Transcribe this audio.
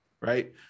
Right